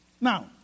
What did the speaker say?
Now